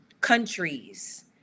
countries